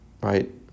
right